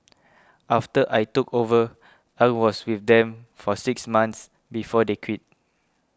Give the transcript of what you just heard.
after I took over I was with them for six months before they quit